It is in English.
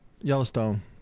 yellowstone